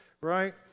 right